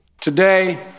Today